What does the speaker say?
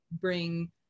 bring